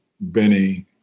Benny